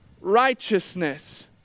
righteousness